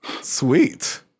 sweet